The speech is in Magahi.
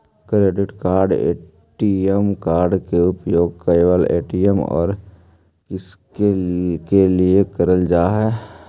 क्रेडिट कार्ड ए.टी.एम कार्ड के उपयोग केवल ए.टी.एम और किसके के लिए करल जा है?